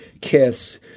kiss